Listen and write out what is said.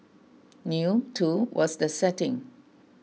new too was the setting